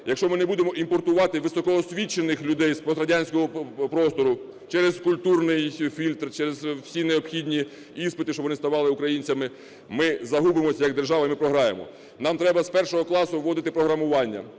якщо ми не будемо імпортувати високоосвічених людей з пострадянського простору через культурний фільтр, через всі необхідні іспити, щоб вони ставали українцями, ми загубимось як держава і ми програємо. Нам треба з 1-го класу вводити програмування,